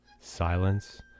Silence